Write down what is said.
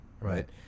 Right